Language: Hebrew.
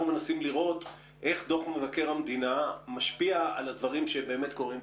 אנחנו מנסים להבין איך דוח מבקר המדינה משפיע על הדברים שקורים.